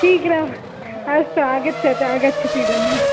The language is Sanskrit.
शीघ्रम् अस्तु आगच्छतु आगच्छति इदानीम्